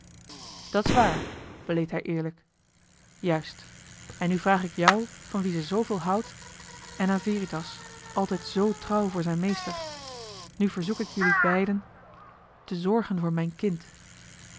scheepsjongen dat's waar beleed hij eerlijk juist en nu vraag ik jou van wien ze zooveel houdt en aan veritas altijd zoo trouw voor zijn meester nu verzoek ik jelui beiden te zorgen voor mijn kind